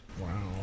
Wow